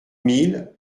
mille